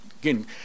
again